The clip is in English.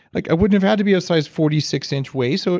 like i wouldn't have have to be a size forty six inch waist. so